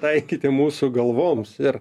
taikyti mūsų galvoms ir